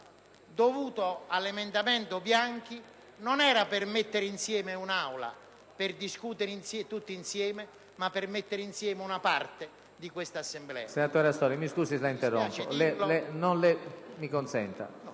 dalla senatrice Bianchi, non era per mettere insieme l'Assemblea, per discutere tutti insieme, ma per mettere insieme una parte di quest'Assemblea.